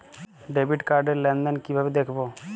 Debit card র লেনদেন কিভাবে দেখবো?